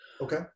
Okay